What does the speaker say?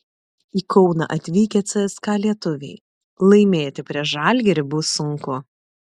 į kauną atvykę cska lietuviai laimėti prieš žalgirį bus sunku